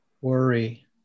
worry